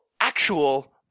actual